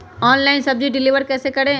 Online सब्जी deliver कैसे करें?